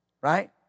Right